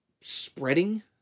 spreading